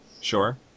Sure